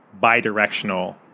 bi-directional